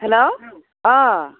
hello अ